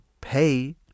pay